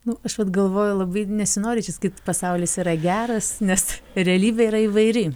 nu aš vat galvoju labai nesinori čia sakyt pasaulis yra geras nes realybė yra įvairi